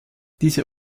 diese